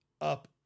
up